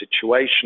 situation